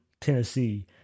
tennessee